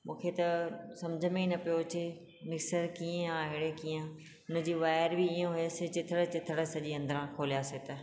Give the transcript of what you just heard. मूंखे त सम्झ में ई न पियो अचे मिक्सर कीअं आहे ड़े कींअ हुनजी वायर बि हीअं हुयसि चिथड़ा चिथड़ा सॼी अंदरां खोलयोसीं त